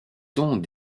temps